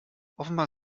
offenbar